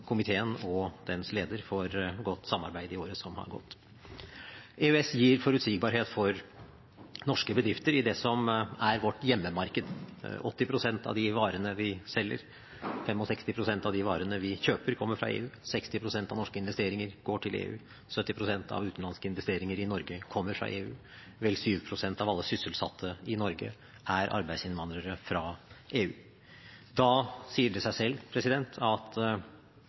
komiteen og dens leder for godt samarbeid i året som har gått. EØS gir forutsigbarhet for norske bedrifter i det som er vårt hjemmemarked. 80 pst. av de varene vi selger, går til EU, 65 pst. av de varene vi kjøper, kommer fra EU. 60 pst. av norske investeringer går til EU, 70 pst. av utenlandske investeringer i Norge kommer fra EU, og vel 7 pst. av alle sysselsatte i Norge er arbeidsinnvandrere fra EU. Da sier det seg selv at